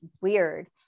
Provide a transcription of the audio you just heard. Weird